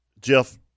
Jeff